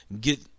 get